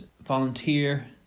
volunteer